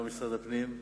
גם של משרד הפנים.